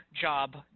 job